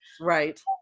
Right